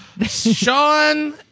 Sean